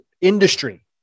industry